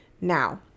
Now